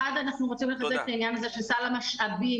אנחנו רוצים לחזק את העניין שסל המשאבים